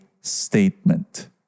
statement